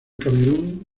camerún